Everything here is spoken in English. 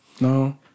No